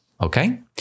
Okay